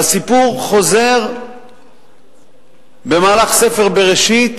והסיפור חוזר במהלך ספר בראשית,